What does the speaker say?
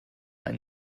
ein